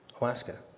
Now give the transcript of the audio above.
Alaska